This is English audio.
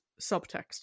subtext